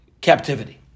captivity